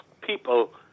people